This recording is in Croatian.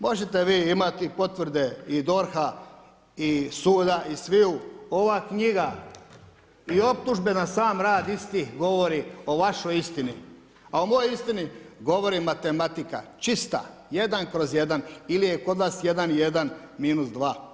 Možete vi imati potvrde i DORH-a i suda i sviju, ova knjiga i optužbe na sam rad istih govori o vašoj istini, a o mojoj istini govori matematika, čista, 1/1 ili je kod vas 1 1 -2.